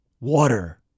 water